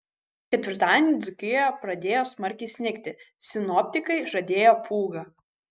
ketvirtadienį dzūkijoje pradėjo smarkiai snigti sinoptikai žadėjo pūgą